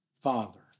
Father